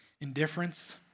Indifference